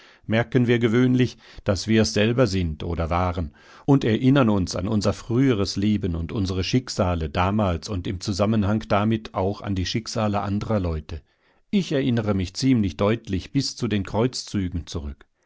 merken wir gewöhnlich daß wir es selber sind oder waren und erinnern uns an unser früheres leben und unsere schicksale damals und im zusammenhang damit auch an die schicksale anderer leute ich erinnere mich ziemlich deutlich bis zu den kreuzzügen zurück